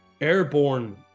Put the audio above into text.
airborne